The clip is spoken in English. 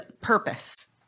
purpose